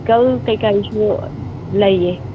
ꯄꯤꯛꯀꯜ ꯀꯩꯀꯥꯒꯤꯁꯨ ꯂꯩꯌꯦ